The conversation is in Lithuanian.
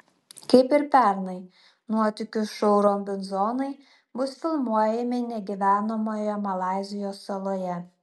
kaip ir pernai nuotykių šou robinzonai bus filmuojami negyvenamoje malaizijos saloje